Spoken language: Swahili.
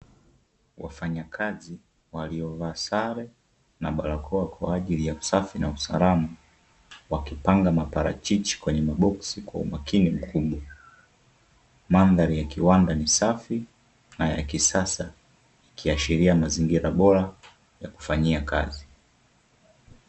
Wafanyakazi waliovaa sare na barakoa kwaajili ya usafi na usalama, wakipanga maparachichi kwenye maboksi kwa umakini mkubwa, mandhari ya kiwanda ni safi na ya kisasa ikiashiria mazingira bora ya kufanyia kazi.